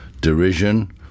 derision